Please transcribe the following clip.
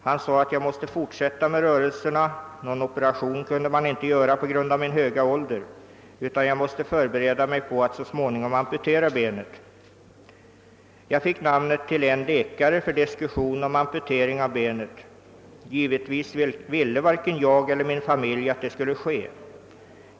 Han sade att jag måste fortsätta med rörelserna, någon operation kunde man inte göra på grund av min höga ålder, utan jag måste förbereda mig på att så småningom amputera benet. Professorn gav mig namnet till en läkare ——— för diskussion om amputering av benet. Givetvis ville varken jag eller min familj att detta skulle ske.